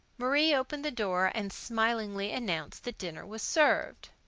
marie opened the door and smilingly announced that dinner was served.